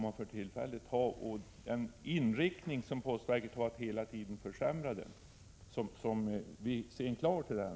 Man ser en klar tendens att postverket hela tiden bara försämrar servicen.